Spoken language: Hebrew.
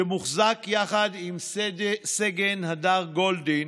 שמוחזק יחד עם סגן הדר גולדין